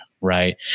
right